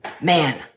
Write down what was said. Man